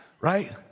right